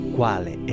Quale